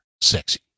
sexy